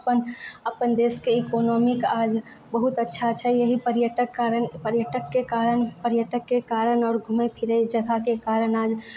अपन अपन देशके इकोनोमी आज बहुत अच्छा छै यही पर्यटक कारण पर्यटकके कारण पर्यटकके कारण आओर घुमै फिरै जगहके कारण आज